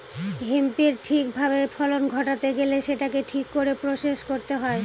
হেম্পের ঠিক ভাবে ফলন ঘটাতে গেলে সেটাকে ঠিক করে প্রসেস করতে হবে